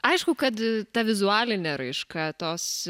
aišku kad ta vizualinė raiška tos